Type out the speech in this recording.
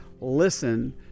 listen